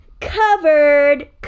covered